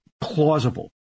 plausible